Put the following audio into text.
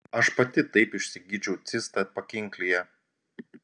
aš pati taip išsigydžiau cistą pakinklyje